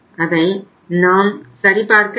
அதை நாம் சரி பார்க்க வேண்டும்